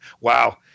wow